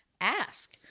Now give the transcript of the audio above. ask